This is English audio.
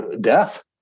death